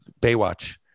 Baywatch